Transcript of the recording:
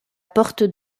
porte